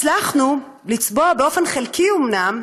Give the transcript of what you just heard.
הצלחנו לצבוע, באופן חלקי, אומנם,